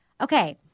Okay